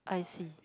I see